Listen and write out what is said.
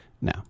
Now